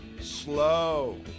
slow